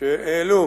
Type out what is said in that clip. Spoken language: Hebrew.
שהעלו